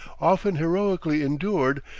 often heroically endured,